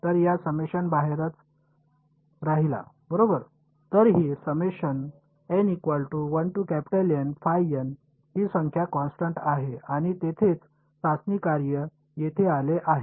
तर हा समेशन बाहेरच राहिला बरोबर तर ही ही संख्या कॉन्स्टन्ट आहे आणि येथेच चाचणी कार्य येथे आले आहे